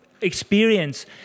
experience